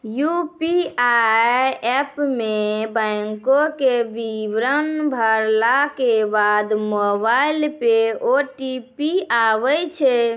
UPI app मे बैंको के विबरण भरला के बाद मोबाइल पे ओ.टी.पी आबै छै